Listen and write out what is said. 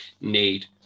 need